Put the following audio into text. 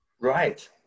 Right